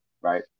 right